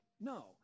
no